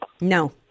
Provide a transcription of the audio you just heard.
No